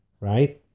right